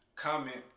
comment